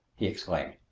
he exclaimed.